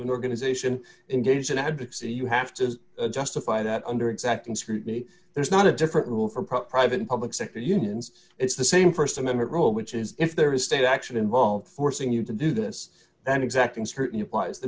an organization engaged in advocacy you have to justify that under exacting scrutiny there's not a different rule for private and public sector unions it's the same st amendment rule which is if there is state action involved forcing you to do this then exacting certain applies the